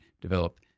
develop